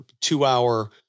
two-hour